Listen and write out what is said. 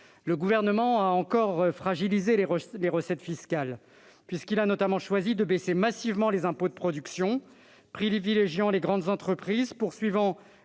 le Gouvernement a davantage fragilisé les recettes fiscales, notamment en ce qu'il a choisi de baisser massivement les impôts de production, privilégiant les grandes entreprises et poursuivant